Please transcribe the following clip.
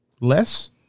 Less